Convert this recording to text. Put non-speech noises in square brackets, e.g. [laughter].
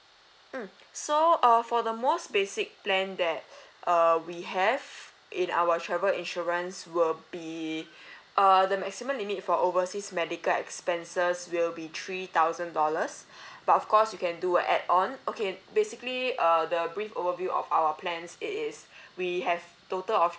mm so uh for the most basic plan that [breath] uh we have in our travel insurance will be [breath] uh the maximum limit for overseas medical expenses will be three thousand dollars [breath] but of course you can do an add on okay basically err the brief overview of our plans it is [breath] we have total of